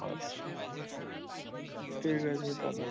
আচ্ছা ঠিক আছে তাহলে